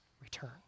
return